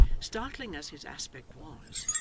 startling as his aspect was,